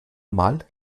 mal